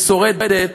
היא שורדת,